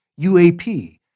UAP